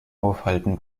aufhalten